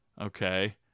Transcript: okay